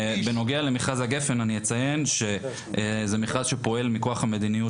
אבל בנוגע למכרז הגפן אני אציין שזה מכרז שפועל מכוח המדיניות